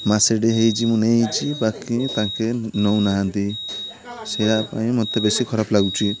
ମାସେଟିଏ ହୋଇଛି କି ନହୋଇଛି ବାକି ତାଙ୍କେ ନେଉନାହାନ୍ତି ସେୟା ପାଇଁ ମୋତେ ବେଶୀ ଖରାପ ଲାଗୁଛି